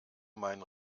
meinen